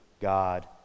God